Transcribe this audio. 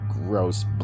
Gross